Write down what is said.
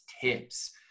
tips